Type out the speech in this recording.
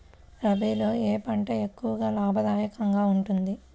రబీలో ఏ పంట ఎక్కువ లాభదాయకంగా ఉంటుంది?